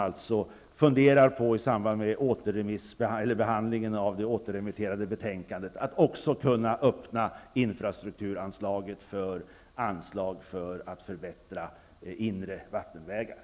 I samband med behandlingen av det återremitterade betänkandet skulle jag alltså önska att man funderade över att också öppna infrastrukturanslaget för anslag för att förbättra inre vattenvägar.